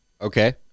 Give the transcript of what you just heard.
Okay